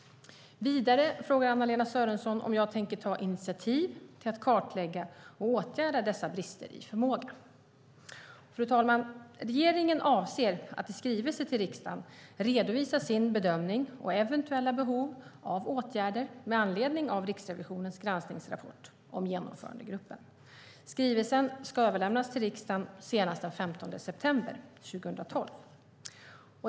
Vidare frågar Anna-Lena Sörenson om jag tänker ta initiativ till att kartlägga och åtgärda dessa brister i förmåga. Regeringen avser att i skrivelse till riksdagen redovisa sin bedömning och eventuella behov av åtgärder med anledning av Riksrevisionens granskningsrapport om genomförandegruppen. Skrivelsen ska överlämnas till riksdagen senast den 15 september 2012.